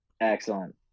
Excellent